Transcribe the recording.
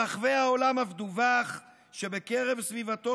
ברחבי העולם אף דֻּווח שבקרב סביבתו